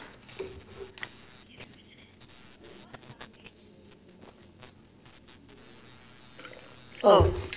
oh